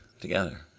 together